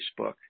Facebook